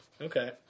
Okay